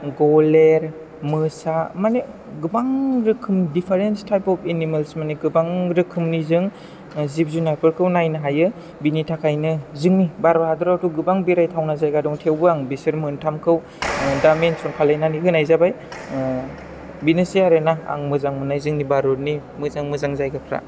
गोलेर मोसा माने गोबां रोखोम दिफारेन्ट थाइफ अफ एनिमेलस मानि गोबां रोखोमनि जेंनाजों जिब जुनारफोरखौ नायनो हायो बिनि थाखायनो जोंनि भारत हादरावथ' गोबां बेरायथावना जायगा दङ थेवबो आं बिसोर मोनथामखौ दा मेनसन खालायनानै होनाय जाबाय ओह बिनोसै आरो ना आं मोजां मोननाय जोंनि भारतनि मोजां मोजां जायगाफ्रा